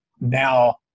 now